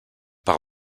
par